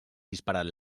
disparat